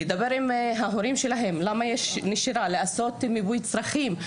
לדבר עם ההורים ולברר מה הן הסיבות לנשירה ולבצע לפי זה מיפוי צרכים.